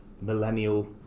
millennial